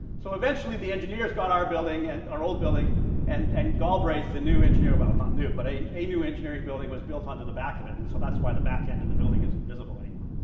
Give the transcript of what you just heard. so eventually the engineers got our building and our old building and and galbraith the new engineer, well not new, but a and a new engineering building was built onto the back of it and so that's why the back end of the building isn't visible anymore.